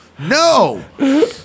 No